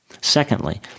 Secondly